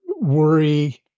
worry